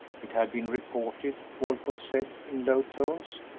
it had been reported, walcott said, in low tones,